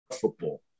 football